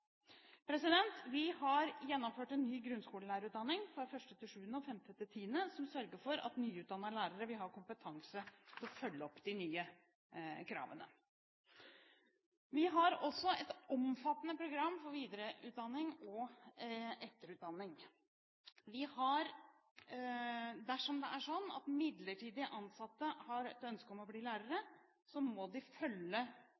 Vi har gjennomført en ny grunnskolelærerutdanning fra 1.–7. og 5.–10., som sørger for at nyutdannede lærere vil ha kompetanse til å følge opp de nye kravene. Vi har også et omfattende program for videre- og etterutdanning. Dersom midlertidig ansatte har et ønske om å bli